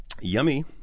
Yummy